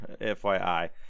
FYI